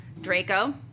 Draco